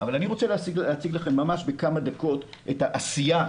אבל אני רוצה להציג לכם ממש בכמה דקות את העשייה.